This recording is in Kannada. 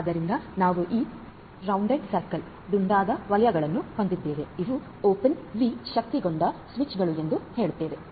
ಆದ್ದರಿಂದ ನಾವು ಈ ಮುಕ್ತ ದುಂಡಾದ ವಲಯಗಳನ್ನು ಹೊಂದಿದ್ದೇವೆ ಇವು ಓಪನ್ ವಿ ಶಕ್ತಗೊಂಡ ಸ್ವಿಚ್ಗಳು ಎಂದು ಹೇಳುತ್ತೇವೆ